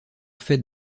fait